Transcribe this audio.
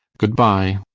good-bye!